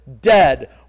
dead